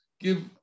Give